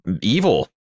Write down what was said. evil